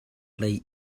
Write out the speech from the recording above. lei